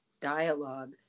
dialogue